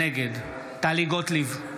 נגד טלי גוטליב,